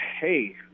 hey